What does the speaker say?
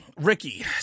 Ricky